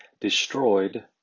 destroyed